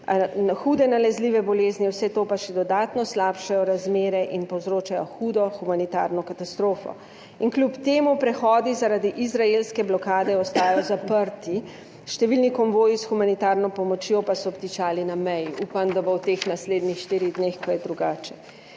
hude nalezljive bolezni, vse to pa še dodatno slabšajo razmere in povzročajo hudo humanitarno katastrofo. In kljub temu prehodi zaradi izraelske blokade ostajajo zaprti. Številni konvoji s humanitarno pomočjo pa so obtičali na meji. Upam, da bo v teh naslednjih štirih dneh kaj drugače.